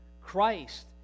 Christ